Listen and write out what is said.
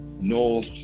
north